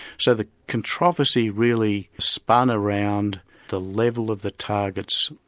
so the controversy really spun around the level of the targets,